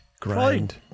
grind